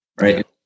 Right